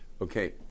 Okay